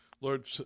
Lord